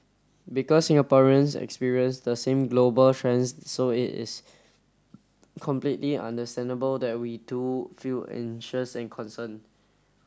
because Singaporeans experience the same global trends so it is completely understandable that we too feel anxious and concerned